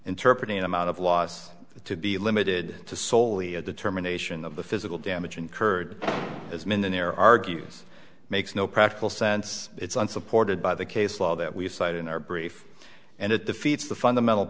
interpret any amount of loss to be limited to soley a determination of the physical damage incurred as men than there argues makes no practical sense it's unsupported by the case law that we've cited in our brief and it defeats the fundamental